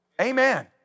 Amen